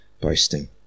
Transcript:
boasting